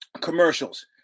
commercials